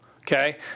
okay